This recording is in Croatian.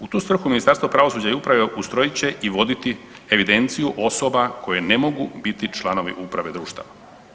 U tu svrhu Ministarstvo pravosuđa i uprave ustrojit će i voditi evidenciju osoba koje ne mogu biti članovi uprave društava.